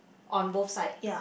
on both side